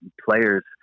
players